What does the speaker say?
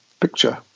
picture